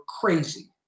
crazy